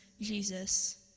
Jesus